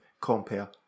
Compare